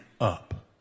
up